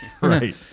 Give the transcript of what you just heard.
Right